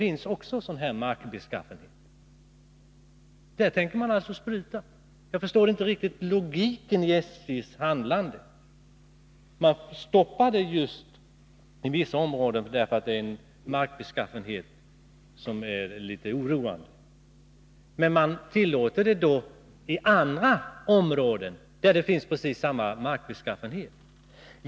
mark med sådan beskaffenhet — men där tänker man alltså spruta. Jag förstår inte riktigt logiken i SJ:s handlande. Man stoppar besprutningen i vissa områden där markbeskaffenheten är oroande. Men man tillåter besprutning i andra områden där markbeskaffenheten är precis lika dan.